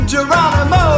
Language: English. Geronimo